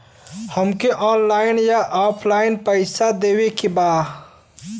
हमके ऑनलाइन या ऑफलाइन पैसा देवे के बा?